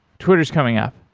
twitter is coming up